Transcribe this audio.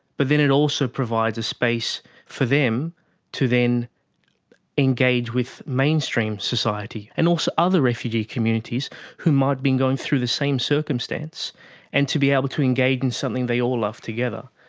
but then it also provides a space for them to then engage with mainstream society, and also other refugee communities who might have been going through the same circumstance and to be able to engage in something they all love together.